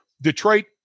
Detroit